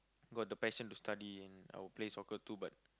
got the passion to study and I will play soccer too but